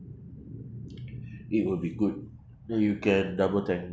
it will be good so you can double thank